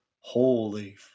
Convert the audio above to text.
holy